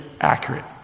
accurate